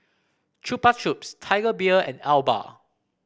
Chupa Chups Tiger Beer and Alba